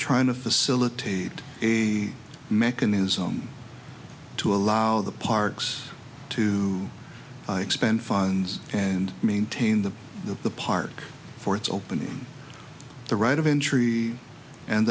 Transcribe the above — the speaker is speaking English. trying to facilitate a mechanism to allow the parks to expend funds and maintain the the park for its opening the right of entry and